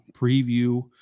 preview